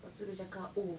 lepas tu dia cakap oh